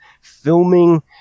filming